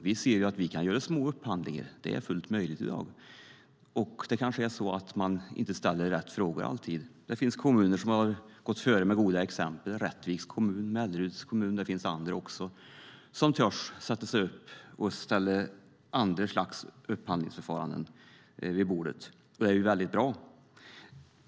Vi ser att vi kan göra små upphandlingar. Det är fullt möjligt i dag. Man kanske inte ställer rätt frågor alltid. Det finns kommuner som har gått före med goda exempel - Rättviks kommun, Melleruds kommun och andra - och som törs ställa sig upp och genomföra andra slags upphandlingsförfaranden. Det är väldigt bra.